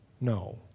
no